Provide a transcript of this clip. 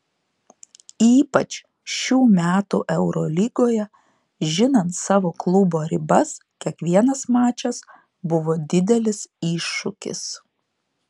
ypač šių metų eurolygoje žinant savo klubo ribas kiekvienas mačas buvo didelis iššūkis